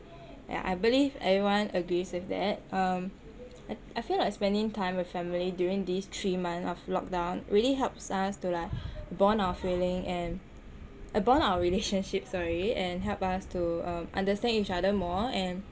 yah I believe everyone agrees with that um I I feel like spending time with family during these three month of lock down really helps us to like bond our feeling and bond our relationship sorry and help us to um understand each other more and